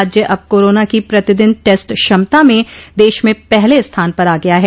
राज्य अब कोरोना की प्रतिदिन टेस्ट क्षमता में देश में पहले स्थान पर आ गया है